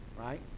right